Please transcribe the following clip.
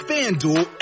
FanDuel